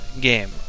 game